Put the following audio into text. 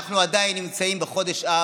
אנחנו עדיין נמצאים בחודש אב,